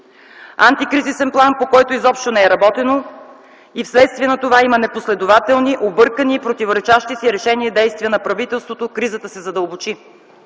Антикризисен план, по който изобщо не е работено и вследствие на това има непоследователни, объркани и противоречащи си решения и действия на правителството. Кризата се задълбочи.